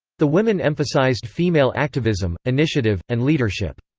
the women emphasized female activism, initiative, and leadership.